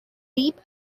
lead